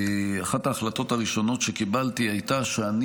אחת ההחלטות הראשונות שקיבלתי הייתה שאני